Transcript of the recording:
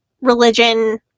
religion